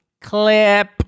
Clip